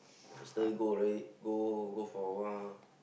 yesterday go like go go for a while